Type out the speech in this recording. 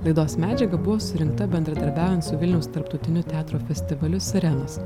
laidos medžiaga buvo surinkta bendradarbiaujant su vilniaus tarptautiniu teatro festivaliu sirenos